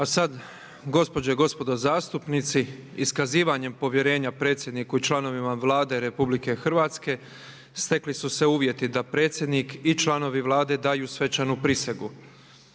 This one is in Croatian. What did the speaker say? A sad gospođe i gospodo zastupnici iskazivanjem povjerenja predsjedniku i članovima Vlade Republike Hrvatske stekli su se uvjeti da predsjednik i članovi Vlade daju svečanu prisegu.